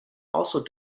also